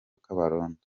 kabarondo